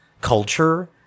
culture